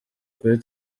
kuri